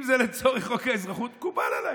אם זה לצורך חוק האזרחות, מקובל עליי,